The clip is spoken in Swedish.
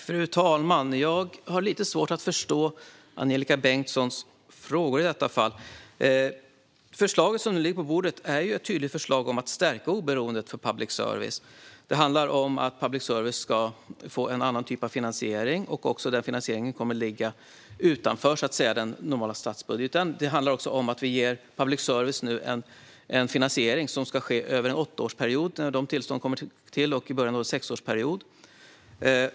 Fru talman! Jag har lite svårt att förstå Angelika Bengtssons frågor i detta fall. Förslaget som nu ligger på bordet är ju ett tydligt förslag om att stärka oberoendet för public service. Det handlar om att public service ska få en annan typ av finansiering, utanför den normala statsbudgeten. Det handlar också om att vi ger public service en finansiering över en åttaårig tillståndsperiod, efter en inledande sexårsperiod.